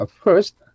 First